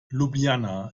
ljubljana